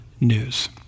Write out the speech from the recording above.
news